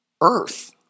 earth